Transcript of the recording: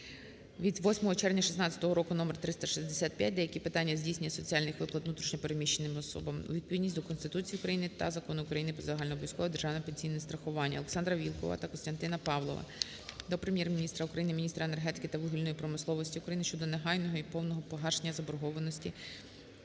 від 8 червня 16-го року № 365 "Деякі питання здійснення соціальних виплат внутрішньо переміщеним особам" у відповідність Конституції України та Закону України "Про загальнообов'язкове державне пенсійне страхування". ОлександраВілкула та Костянтина Павлова до Прем'єр-міністра України, міністра енергетики та вугільної промисловості України щодо негайного і повного погашення заборгованості